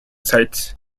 sites